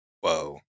Whoa